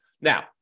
Now